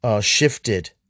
shifted